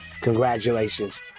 Congratulations